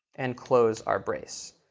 and close our brace.